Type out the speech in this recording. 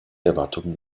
erwartungen